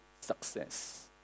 success